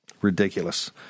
Ridiculous